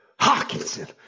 Hawkinson